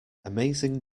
amazing